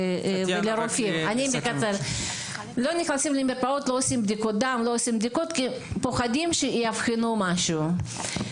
לא עושים בדיקות כי הם פוחדים שיאבחנו משהו.